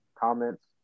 comments